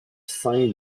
cinq